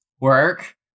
work